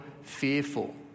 fearful